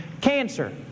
cancer